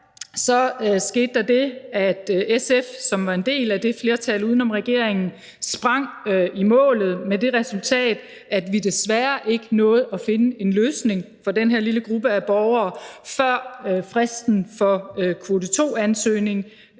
skete der det, at SF, som var en del af det flertal uden om regeringen, sprang i målet, med det resultat at vi desværre ikke nåede at finde en løsning for den her lille gruppe af borgere, før fristen for kvote 2-ansøgninger